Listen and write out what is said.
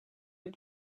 had